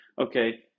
okay